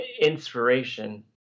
inspiration